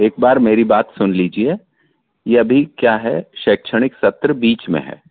एक बार मेरी बात सुन लीजिए ये अभी क्या है शैक्षणिक सत्र बीच में है